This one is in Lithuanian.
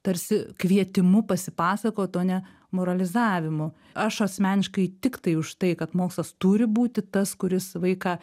tarsi kvietimu pasipasakot o ne moralizavimu aš asmeniškai tiktai už tai kad mokslas turi būti tas kuris vaiką